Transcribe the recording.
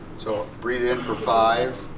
so breathe in for five,